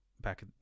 back